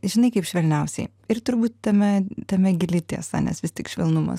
žinai kaip švelniausiai ir turbūt tame tame gili tiesa nes vis tik švelnumas